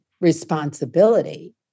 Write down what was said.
responsibility